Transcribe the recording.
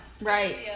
Right